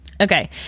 Okay